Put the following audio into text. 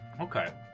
Okay